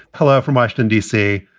hello from washington, d c.